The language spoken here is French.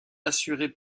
assuré